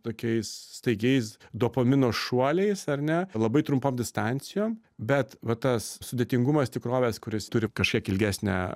tokiais staigiais dopamino šuoliais ar ne labai trumpom distancijom bet va tas sudėtingumas tikrovės kuris turi kažkiek ilgesnę